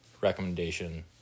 recommendation